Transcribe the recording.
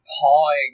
pawing